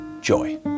joy